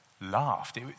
laughed